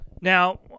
Now